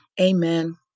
Amen